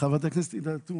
חברת הכנסת עאידה,